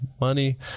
money